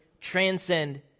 transcend